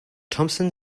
thompson